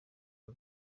uru